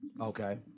Okay